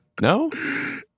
No